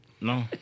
No